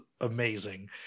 Amazing